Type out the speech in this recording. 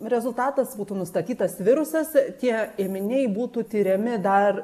rezultatas būtų nustatytas virusas tie ėminiai būtų tiriami dar